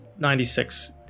96